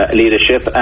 leadership